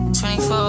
24